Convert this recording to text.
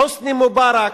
חוסני מובארק,